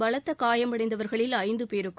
பலத்த காயமடைந்தவர்களில் ஐந்து பேருக்கும்